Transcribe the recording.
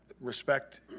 respect